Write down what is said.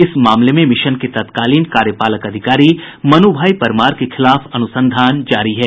इस मामले में मिशन के तत्कालीन कार्यपालक अधिकारी मनु भाई परमार के खिलाफ अनुसंधान जारी है